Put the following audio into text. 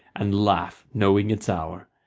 and laugh, knowing its hour.